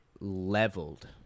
leveled